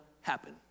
happen